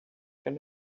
can